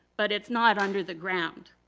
but it's not under the ground.